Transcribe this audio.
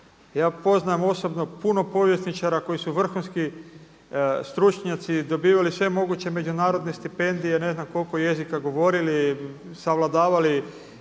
Ja poznajem osobno puno povjesničara koji su vrhunski stručnjaci, dobivali sve moguće međunarodne stipendije, ne znam koliko jezika govorili, savladavali